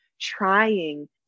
trying